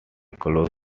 close